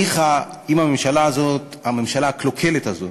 ניחא אם הממשלה הזאת, הממשלה הקלוקלת הזאת,